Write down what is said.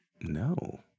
No